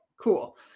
Cool